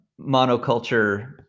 monoculture